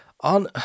on